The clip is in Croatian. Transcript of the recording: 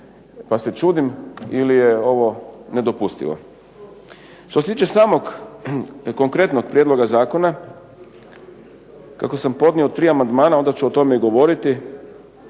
pa se čudim ili je ovo nedopustivo. Što se tiče samog konkretnog prijedloga zakona, kako sam podnio tri amandmana onda ću o tome i govoriti,